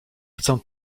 chcę